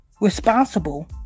responsible